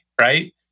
right